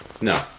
No